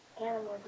animals